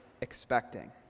expecting